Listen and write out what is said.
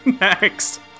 Next